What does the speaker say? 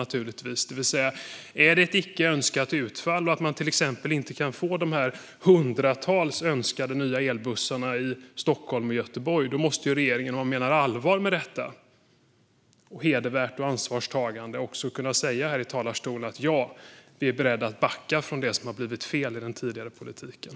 Är det ett icke önskat utfall och man till exempel inte kan få de hundratals önskade nya elbussarna i Stockholm och Göteborg måste ju regeringen, om den menar allvar med detta, hedervärt och ansvarstagande kunna säga här i talarstolen: Ja, vi är beredda att backa från det som har blivit fel i den tidigare politiken.